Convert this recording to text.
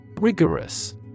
Rigorous